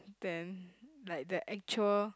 than like the actual